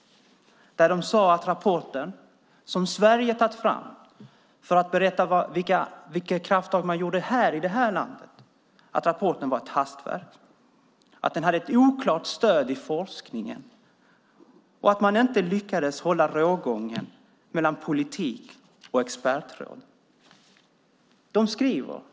Där sade de att rapporten, som Sverige tagit fram för att berätta vilka krafttag man tar i det här landet, var ett hastverk, att den hade ett oklart stöd i forskningen och att man inte lyckades hålla rågången mellan politik och expertråd.